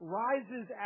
rises